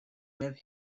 with